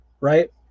right